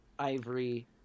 Ivory